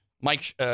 Mike